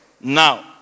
now